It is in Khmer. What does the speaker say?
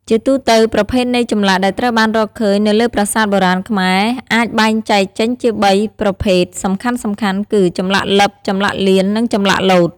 ជាទូទៅ ប្រភេទនៃចម្លាក់ដែលត្រូវបានរកឃើញនៅលើប្រាសាទបុរាណខ្មែរអាចបែងចែកចេញជាបីប្រភេទសំខាន់ៗគឺ ចម្លាក់លិប ចម្លាក់លៀន និង ចម្លាក់លោត។